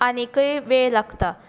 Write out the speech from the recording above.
आनीकय वेळ लागता